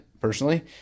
personally